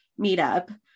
meetup